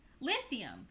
Lithium